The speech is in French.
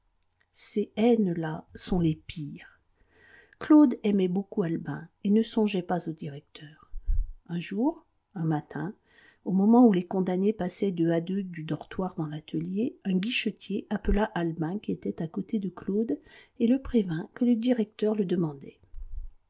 ces haines là sont les pires claude aimait beaucoup albin et ne songeait pas au directeur un jour un matin au moment où les condamnés passaient deux à deux du dortoir dans l'atelier un guichetier appela albin qui était à côté de claude et le prévint que le directeur le demandait